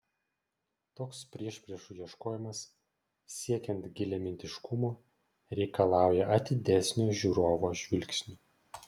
toks priešpriešų ieškojimas siekiant giliamintiškumo reikalauja atidesnio žiūrovo žvilgsnio